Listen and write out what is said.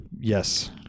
Yes